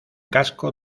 casco